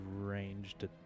ranged